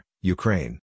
Ukraine